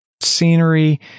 scenery